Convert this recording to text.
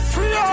Free